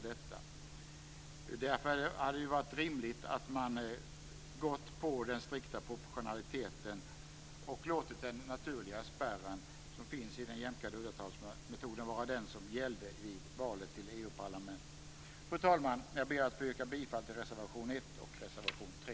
Därför hade det varit rimligt att använda den strikta proportionaliteten och låtit den naturliga spärren som finns i den jämkade uddatalsmetoden vara den som gällde i valet till EU Fru talman! Jag ber att få yrka bifall till reservation 1 och reservation 3.